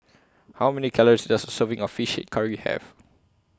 How Many Calories Does A Serving of Fish Head Curry Have